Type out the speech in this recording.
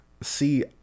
see